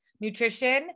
nutrition